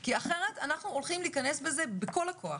כי אחרת אנחנו הולכים להיכנס בזה בכל הכוח.